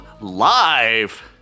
Live